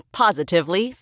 positively